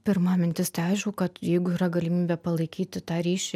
pirma mintis tai aišku kad jeigu yra galimybė palaikyti tą ryšį